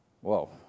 Whoa